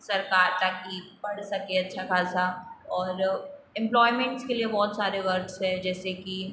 सरकार ताकि पढ़ सके अच्छा खासा और एम्प्लोयमेंट्स के लिए बहुत सारे वर्क्स हैं जैसे कि